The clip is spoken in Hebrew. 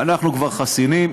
אנחנו כבר חסינים,